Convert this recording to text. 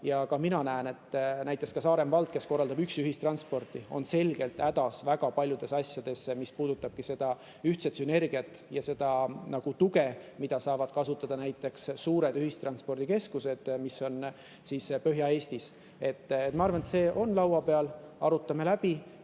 Mina näen, et näiteks ka Saaremaa vald, kes korraldab üksi ühistransporti, on selgelt hädas väga paljude asjadega – see puudutab ühtset sünergiat ja tuge, mida saavad kasutada näiteks suured ühistranspordikeskused, mis on Põhja-Eestis. Ma arvan, et see on laua peal, arutame läbi.